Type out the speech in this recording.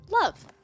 love